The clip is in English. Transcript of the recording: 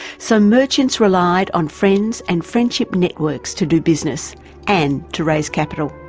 so merchants relied on friends and friendship networks to do business and to raise capital.